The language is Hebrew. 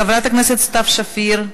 חברת הכנסת סתיו שפיר,